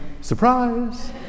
surprise